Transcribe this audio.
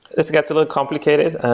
this gets a little complicated,